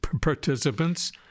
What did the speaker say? participants